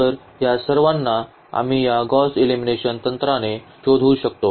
तर या सर्वांना आम्ही या गौस एलिमिनेशन तंत्राने शोधू शकतो